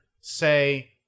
say